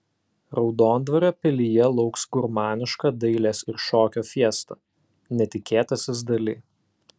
raudondvario pilyje lauks gurmaniška dailės ir šokio fiesta netikėtasis dali